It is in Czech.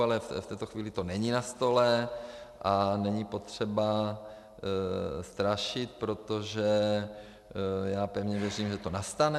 Ale v tuto chvíli to není na stole a není potřeba strašit, protože já pevně věřím, že to nastane.